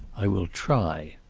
i will try.